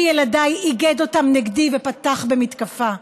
אבי ילדיי איגד אותם נגדי ופתח במתקפה.